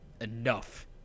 Enough